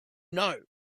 know